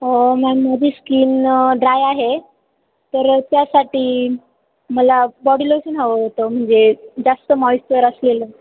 ma'am माझी skin ना dry आहे तर त्यासाठी मला बॉडीलोशन हवं होतं म्हणजे जास्त मॉइश्चर असलेलं